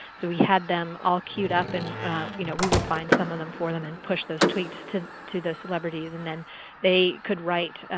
so we had them all queued up and you know we would find some of them for them and push those tweets to to those celebrities. and they could write